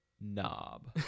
Knob